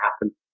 happen